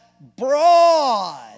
broad